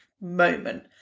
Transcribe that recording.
moment